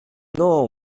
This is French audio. non